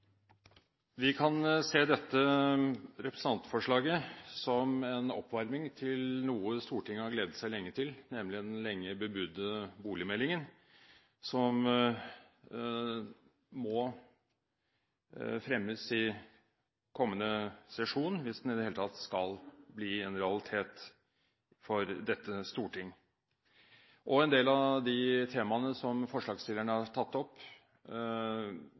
Vi kan se dette representantforslaget som en oppvarming til noe Stortinget har gledet seg til lenge: den lenge bebudede boligmeldingen, som må fremmes i kommende sesjon hvis den i det hele tatt skal bli en realitet for dette storting. En del av de temaene som forslagsstillerne har tatt opp,